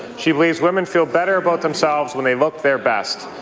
she believes women feel better about themselves when they look their best.